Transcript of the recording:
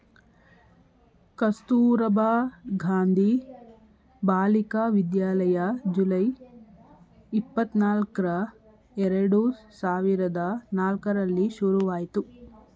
ಕಸ್ತೂರಬಾ ಗಾಂಧಿ ಬಾಲಿಕ ವಿದ್ಯಾಲಯ ಜುಲೈ, ಇಪ್ಪತನಲ್ಕ್ರ ಎರಡು ಸಾವಿರದ ನಾಲ್ಕರಲ್ಲಿ ಶುರುವಾಯ್ತು